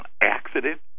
Accident